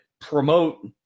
promote